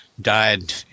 died